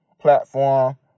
platform